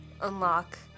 unlock